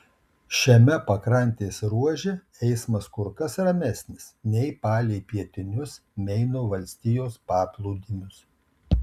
šiame pakrantės ruože eismas kur kas ramesnis nei palei pietinius meino valstijos paplūdimius